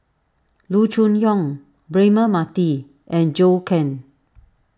Loo Choon Yong Braema Mathi and Zhou Can